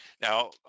now